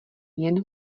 jen